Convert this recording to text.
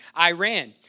Iran